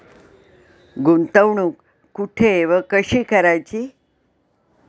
गुंतवणूक कुठे व कशी करायची?